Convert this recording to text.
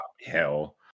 Hell